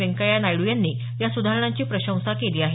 व्यंकय्या नायड्र यांनी या सुधारणांची प्रशंसा केली आहे